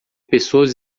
pessoas